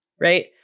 right